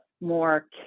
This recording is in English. more